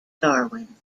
darwin